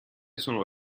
sono